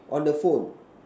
on the phone